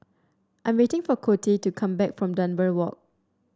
I'm waiting for Coty to come back from Dunbar Walk